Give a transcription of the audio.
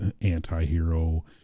anti-hero